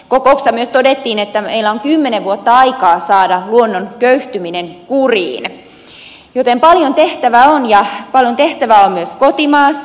kokouksessa myös todettiin että meillä on kymmenen vuotta aikaa saada luonnon köyhtyminen kuriin joten paljon tehtävää on ja paljon tehtävää on myös kotimaassa